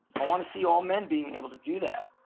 i want to see all men being able to do that